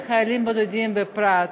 ולחיילים בודדים בפרט.